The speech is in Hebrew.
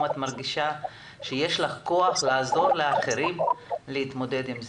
את מרגישה שיש לך כוח לעזור לאחרים להתמודד עם זה.